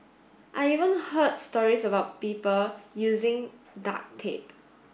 I even heard stories about people using duct tape